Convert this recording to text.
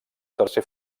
tercer